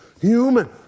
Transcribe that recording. human